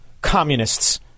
communists